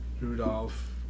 Rudolph